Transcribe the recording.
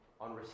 on